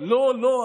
לא, לא, לא.